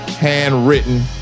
Handwritten